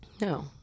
No